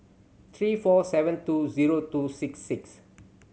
three four seven two zero two six six